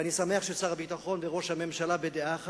ואני שמח ששר הביטחון וראש הממשלה בדעה אחת,